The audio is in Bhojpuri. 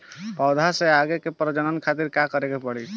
पौधा से आगे के प्रजनन खातिर का करे के पड़ी?